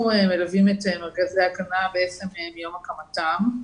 אנחנו מלווים את מרכזי ההגנה בעצם מיום הקמתם.